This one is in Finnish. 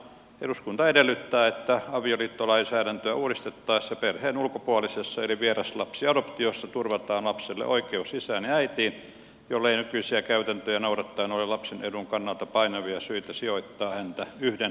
eduskunta edellyttää että avioliittolainsäädäntöä uudistettaessa perheen ulkopuolisessa eli vieraslapsiadoptiossa turvataan lapselle oikeus isään ja äitiin jollei nykyisiä käytäntöjä noudattaen ole lapsen edun kannalta painavia syitä sijoittaa häntä yhden vanhemman perheeseen